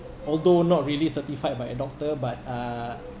although not really certified by a doctor but uh